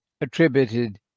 attributed